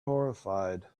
horrified